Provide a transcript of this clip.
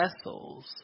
vessels